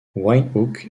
windhoek